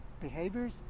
behaviors